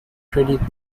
credit